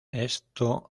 esto